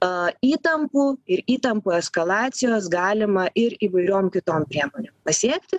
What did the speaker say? a įtampų ir įtampų eskalacijos galima ir įvairiom kitom priemonėm pasiekti